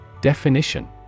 Definition